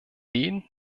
den